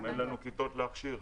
אין לנו כיתות להכשיר.